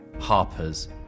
Harper's